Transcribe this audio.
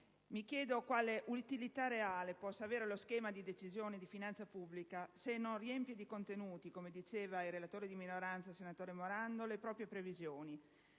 mi chiedo quale utilità reale possa avere lo schema di Decisione di finanza pubblica se non riempie di contenuti, come diceva il relatore di minoranza, senatore Morando, le proprie previsioni;